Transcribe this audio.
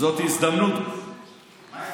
אתה נותן קרקע שהיא